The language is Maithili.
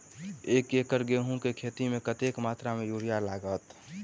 एक एकड़ गेंहूँ केँ खेती मे कतेक मात्रा मे यूरिया लागतै?